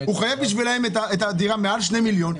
הוא חייב בשבילם את הדירה מעל שני מיליון.